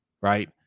Right